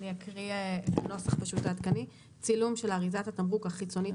אני אקריא את הנוסח העדכני: "צילום של אריזת התמרוק החיצונית